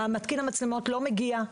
מתקין המצלמות לא מגיע,